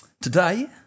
Today